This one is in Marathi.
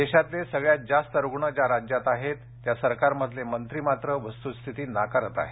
देशातले सगळ्यात जास्त रुग्ण ज्या राज्यात आहेत त्या सरकारमधले मंत्री मात्र वस्तुस्थिती नाकारत आहेत